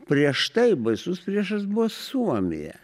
prieš tai baisus priešas buvo suomija